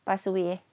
pass away eh